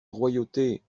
royauté